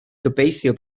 gobeithio